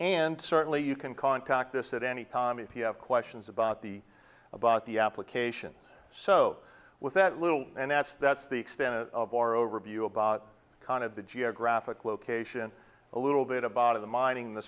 and certainly you can contact us at any time if you have questions about the about the application so with that little and that's that's the extent of our overview of kind of the geographic location a little bit about of the mining the